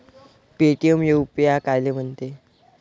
Paytm UPI कायले म्हनते?